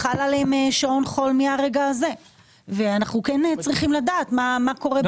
חל עליהם שעות חול מהרגע הזה ואנחנו כן צריכים לדעת מה קורה.